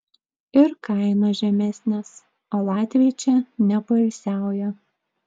ir kainos žemesnės o latviai čia nepoilsiauja